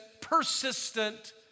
persistent